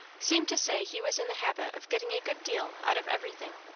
seemed to say he was in the habit of getting a good deal out of everything.